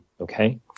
okay